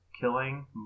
killing